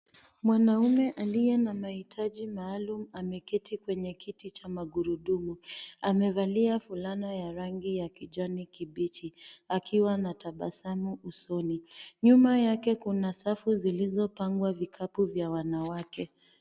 Mwanaume aliye na mahitaji maalumu ameketi kwenye kiti cha magurudumu. Amevalia fulana ya rangi ya kijani kibichi, akiwa na tabasamu usoni. Nyuma yake kuna safu zilizopangwa vikapu vya wanawake.